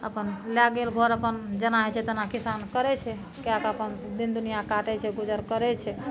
अपन लए गेल घर अपन जेना होइ छै तेना किसान करै छै कए कऽ अपन दिन दुनिऑं काटै छै गुजर करै छै